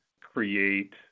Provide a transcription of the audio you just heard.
create